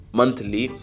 monthly